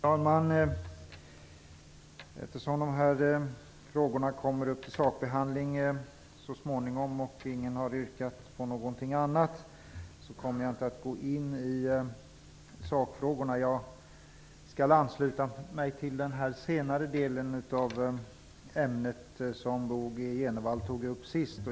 Herr talman! Eftersom de här frågorna kommer upp till sakbehandling så småningom och ingen har yrkat på något annat kommer jag inte att gå in i sakfrågorna. Jag skall ansluta mig till den del som Bo G Jenevall tog upp sist.